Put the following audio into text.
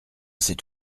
c’est